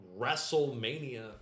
Wrestlemania